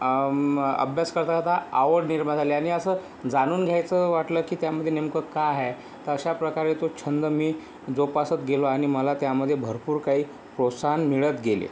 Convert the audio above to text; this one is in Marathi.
अभ्यास करता करता आवड निर्माण झाली आणि असं जाणून घ्यायचं वाटलं की त्यामध्ये नेमकं काय आहे तर अशाप्रकारे तो छंद मी जोपासत गेलो आणि मला त्यामध्ये भरपूर काही प्रोत्साहन मिळत गेले